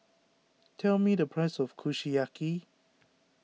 tell me the price of Kushiyaki